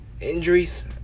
injuries